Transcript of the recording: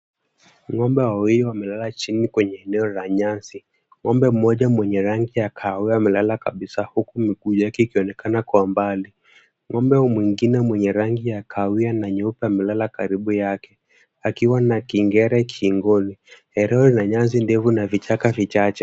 Ng'ombe wawili wamelala chini kwenye eneo la nyasi. Ng'ombe mmoja mwenye rangi ya kahawia amelala kabisa huku miguu yake ikionekana kwa mbali. Ng'ombe huyu mwingine mwenye rangi ya kahawia na nyeupe amelala karibu yake akiwa na kengele shingoni. Eneo lina nyasi ndefu na vichaka vichache.